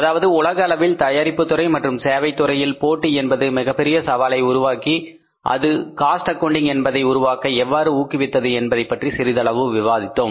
அதாவது உலக அளவில் தயாரிப்பு துறை மற்றும் சேவை துறையில் போட்டி என்பது மிகப்பெரிய சவாலை உருவாக்கி அது காஸ்ட் ஆக்கவுண்டிங் என்பதை உருவாக்க எவ்வாறு ஊக்குவித்தது என்பதைப்பற்றி சிறிதளவு விவாதித்தோம்